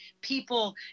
people